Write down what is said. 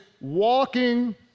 walking